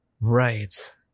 right